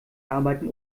arbeiten